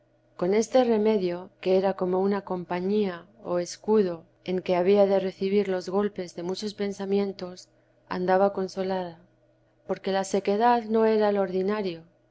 con este remedio que era como una compañía o escudo en que había de recibir los golpes de muchos pensamientos andaba consolada porque la sequedad no era lo ordinario